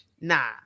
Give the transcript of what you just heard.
nah